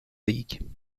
league